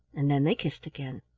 and then they kissed again.